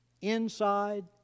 Inside